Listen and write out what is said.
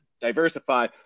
diversify